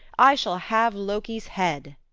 i shall have loki's head!